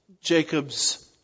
Jacob's